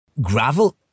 gravel